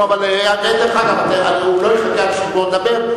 לא, דרך אגב, הוא לא יחכה עד שתגמור לדבר.